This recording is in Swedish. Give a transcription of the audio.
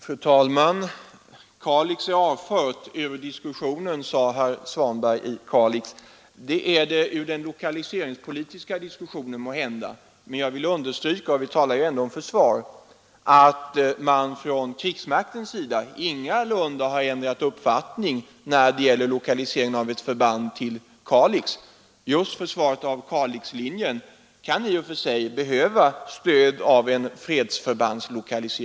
Fru talman! Kalix är avfört ur diskussionen, sade herr Svanberg i Kalix. Det är måhända avfört ur den lokaliseringspolitiska diskussionen, men jag vill understryka — och vi talar ju ändå om försvar — att man från krigsmaktens sida ingalunda har ändrat uppfattning när det gäller lokalisering av ett förband till Kalix. Just försvaret av Kalixlinjen kan behöva stödet av ett fredsförband i Kalix.